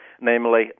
namely